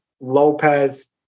Lopez